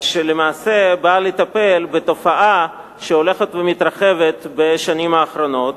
שלמעשה באה לטפל בתופעה שהולכת ומתרחבת בשנים האחרונות.